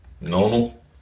normal